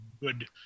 good